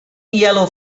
yellow